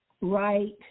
right